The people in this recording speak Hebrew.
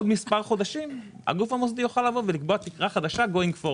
בעוד מספר חודשים הגוף המוסדי יוכל לקבוע תקרה חדשה קדימה.